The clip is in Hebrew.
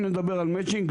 אם נדבר על מצ'ינג,